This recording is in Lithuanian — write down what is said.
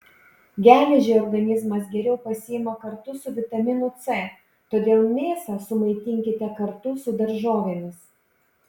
geležį organizmas geriau pasiima kartu su vitaminu c todėl mėsą sumaitinkite kartu su daržovėmis